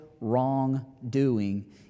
wrongdoing